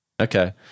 Okay